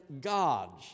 gods